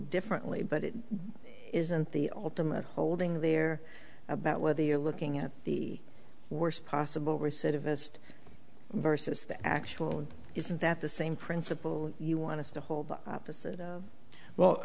differently but it isn't the ultimate holding there about whether you're looking at the worst possible recidivist versus that actually isn't that the same principle you want to hold the opposite